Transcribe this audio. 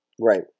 right